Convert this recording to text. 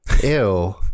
ew